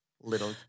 little